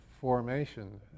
formation